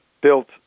built